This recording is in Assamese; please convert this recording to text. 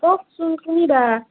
কওকচোন কুনি বা